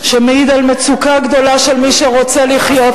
שמעיד על מצוקה גדולה של מי שרוצה לחיות כאן,